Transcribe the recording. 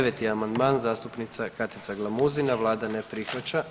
9. amandman zastupnica Katica Glamuzina, Vlada ne prihvaća.